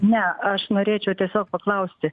ne aš norėčiau tiesiog paklausti